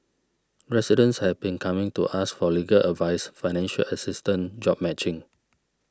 residents have been coming to us for legal advice financial assistance job matching